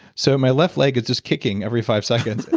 so, my left leg is just kicking every five seconds,